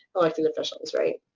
elected officials, right?